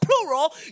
plural